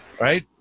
right